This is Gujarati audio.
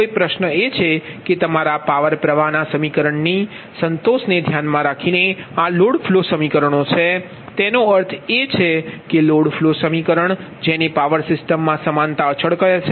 હવે પ્રશ્ન એ છે કે તમારા પાવર પ્રવાહના સમીકરણની સંતોષને ધ્યાનમાં રાખીને આ લોડ ફ્લો સમીકરણો છે તેનો અર્થ એ છે કે લોડ ફ્લો સમીકરણ જેને પાવર સિસ્ટમમાં સમાનતા અચલ કહે છે